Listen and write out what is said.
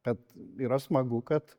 bet yra smagu kad